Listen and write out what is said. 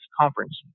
conference